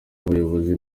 abayobozi